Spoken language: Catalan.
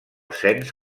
cens